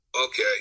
Okay